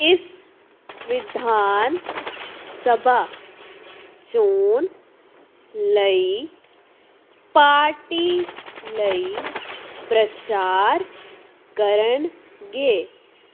ਇਸ ਵਿਧਾਨ ਸਭਾ ਚੋਣ ਲਈ ਪਾਰਟੀ ਲਈ ਪ੍ਰਚਾਰ ਕਰਨਗੇ